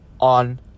on